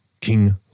King